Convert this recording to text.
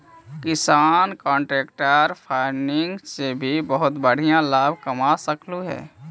किसान contract farming से भी बहुत लाभ कमा सकलहुं हे